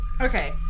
Okay